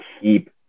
keep